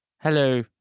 hello